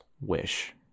wish